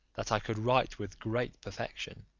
that i could write with great perfection.